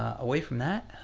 ah away from that,